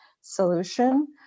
solution